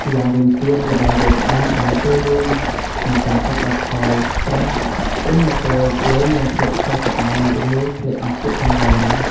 ម្យ៉ាងវិញទៀតល្បែងវាយក្អមបានចូលរួមក្នុងការកាត់បន្ថយស្ត្រេស ព្រោះនៅពេលលេងមានភាពសើចសប្បាយរីករាយភ្លេចអស់ទុក្ខកង្វល់។